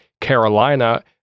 Carolina